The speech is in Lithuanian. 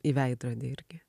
į veidrodį irgi